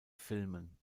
filmen